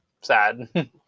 Sad